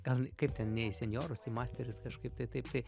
gal kaip ten ne į senjorus į masterius kažkaip tai taip tai